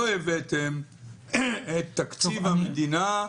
לא הבאתם את תקציב המדינה,